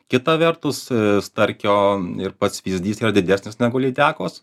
kita vertus starkio ir pats vyzdys yra didesnis negu lydekos